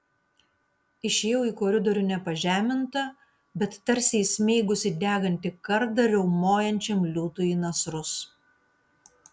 išėjau į koridorių ne pažeminta bet tarsi įsmeigusi degantį kardą riaumojančiam liūtui į nasrus